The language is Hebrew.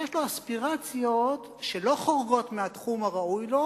יש לו אספירציות שלא חורגות מהתחום הראוי לו,